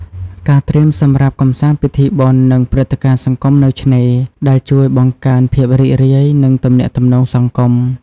ការត្រៀមសម្រាប់កម្សាន្តពិធីបុណ្យ និងព្រឹត្តិការណ៍សង្គមនៅឆ្នេរ ដែលជួយបង្កើនភាពរីករាយ និងទំនាក់ទំនងសង្គម។